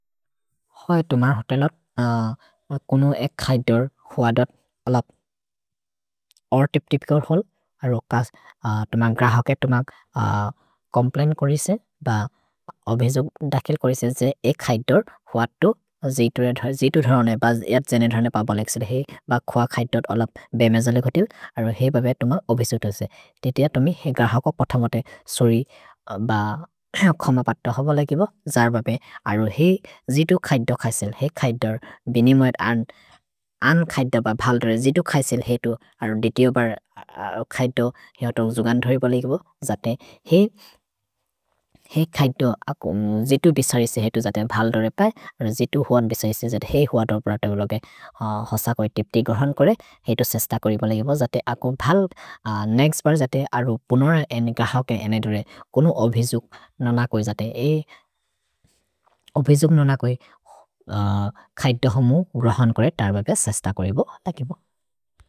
हए तुमर् होतेलत् कोनु एक् खैदुर् हुअदत् अलप्। ओर् त्íप् त्íपिकर् होल्। तुमर् ग्रहके तुमर् कोम्प्लैन् कोरि से। ओबेजो दकिल् कोरि से। एक् खैदुर् हुअद् तो जितु रने। जितु रने। भ जत् जने रने पबलेक्से। हेइ ब खुअ खैदत् अलप् बेमे जले घतिल्। अरो हेइ बबे तुमर् ओबेसो तोसे। तेतिअ तुमि हेइ ग्रहको पथमते सोरि। भ खम पर्त हो बले गिबो जर् बबे। अरो हेइ जितु खैदुर् खैसिल्। हेइ खैदुर् बिनिमुअत् अन्। अन् खैदुर् ब बल्दुरे। जितु खैसिल् हेइ तु अरुन् देतिओबर् खैदुर्। हेइ होतो जुगन्धोइ बोले गिबो। जते हेइ। हेइ खैदुर् जितु बिसरि से। हेइ तु जते बल्दुरे पै। जितु हुअन् बिसरि से। जते हेइ हुअ तु प्रत उलोगे। होस कोइ तिप्तिक् रने कोरे। हेइ तु सेस्त कोरि बोले गिबो। जते अकुन् बल्। नेक्स्त् बर् जते अरु पुनर एनि ग्रहके एने दुरे। कोनु अभिजुक् नन कोइ जते। हेइ। अभिजुक् नन कोइ। खैदुर् हमु रहन् कोरे। तर् बबे सेस्त कोरि बो। तकि बो।